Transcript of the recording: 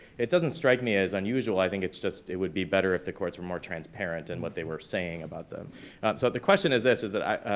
it doesn't strike me as unusual. i think it's just it would be better if the courts were more transparent in what they were saying about them. so the question is this, is that i,